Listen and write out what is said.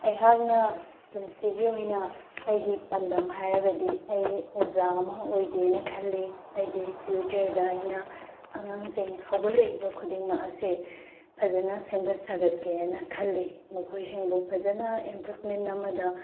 ꯑꯩꯍꯥꯛꯅ ꯄꯨꯟꯁꯤꯒꯤ ꯑꯣꯏꯅ ꯑꯩꯒꯤ ꯄꯥꯟꯗꯝ ꯍꯥꯏꯔꯒꯗꯤ ꯑꯩ ꯑꯣꯖꯥ ꯑꯃ ꯑꯣꯏꯒꯦꯅ ꯈꯜꯂꯤ ꯑꯩꯒꯤ ꯐꯤꯎꯆꯔꯗ ꯑꯩꯅ ꯑꯉꯥꯡꯁꯤꯡ ꯍꯧꯒꯠꯂꯛꯏꯕ ꯈꯨꯗꯤꯡꯃꯛ ꯑꯁꯦ ꯐꯖꯅ ꯁꯦꯝꯒꯠ ꯁꯥꯒꯠꯀꯦꯅ ꯈꯜꯂꯤ ꯃꯈꯣꯏꯁꯤꯡꯕꯨ ꯐꯖꯅ ꯏꯝꯄ꯭ꯔꯨꯕꯃꯦꯟ ꯑꯃꯗ